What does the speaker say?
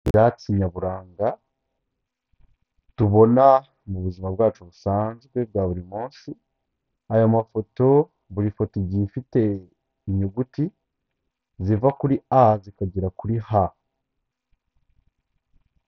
Ibyatsi nyaburanga tubona mu buzima bwacu busanzwe bwa buri munsi. Aya mafoto buri foto igiye ifite inyuguti ziva kuri A zikagera kuri H.